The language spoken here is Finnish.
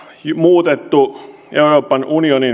jo muutettu ja hapan unionia